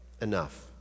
Enough